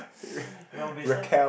well beside